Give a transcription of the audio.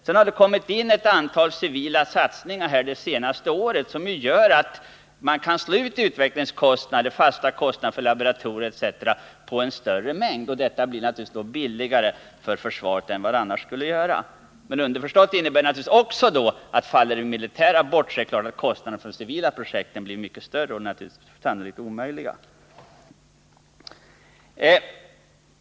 Det senaste året har det också tillkommit vissa civila satsningar som gör att fasta kostnader för laboratorier osv. kan s ås ut på en större mängd, vilket naturligtvis gör det billigare för försvaret. Men underförstått innebär det naturligtvis också att om det militära faller bort blir kostnaden för de civila projekten mycket större, och sannolikt blir det då omöjligt att genomföra dem.